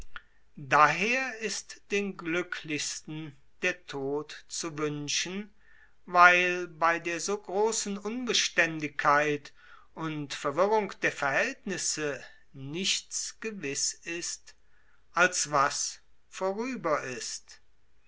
daher ist den glücklichsten der tod zu wünschen weil bei der so großen unbeständigkeit und verwirrung der verhältnisse nichts gewiß ist als was vorüber ist